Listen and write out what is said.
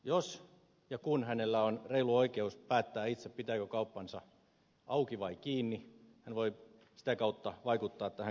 jos ja kun hänellä on reilu oikeus päättää itse pitääkö kauppansa auki vai kiinni hän voi sitä kautta vaikuttaa tähän kannattavuuteen